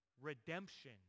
redemption